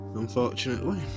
Unfortunately